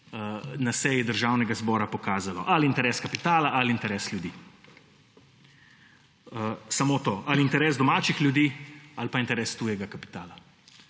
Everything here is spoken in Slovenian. na seji Državnega zbora pokazalo: ali interes kapitala ali interes ljudi. Samo to, ali interes domačih ljudi ali pa interes tujega kapitala.